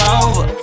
over